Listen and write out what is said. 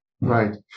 Right